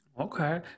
Okay